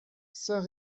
saint